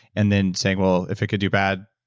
and then saying, well if it can do bad,